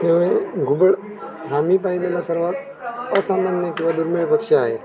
त्यामुळे घुबड हा मी पाहिलेला सर्वात असमान्य किंवा दुर्मिळ पक्षी आहे